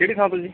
ਕਿਹੜੇ ਥਾਂ ਤੋਂ ਜੀ